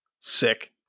Sick